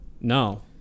No